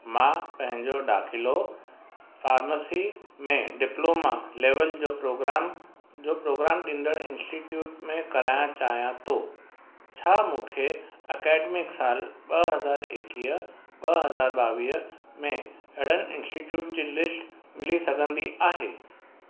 मां पंहिंजो दाख़िलो फ़ारमेसी में डिप्लोमा लेवल जो प्रोग्राम जो प्रोग्राम ॾींदड़ इन्स्टिट्यूट में कराइणु चाहियां थो छा मूंखे एकेडेमिक साल ॿ हज़ार एक्वीह ॿ हज़ार ॿावीह में अहिड़नि इन्स्टिट्यूट जी लिस्ट मिली सघंदी आहे